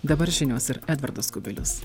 dabar žinios ir edvardas kubilius